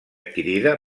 adquirida